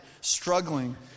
struggling